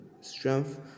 strength